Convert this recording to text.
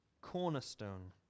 cornerstone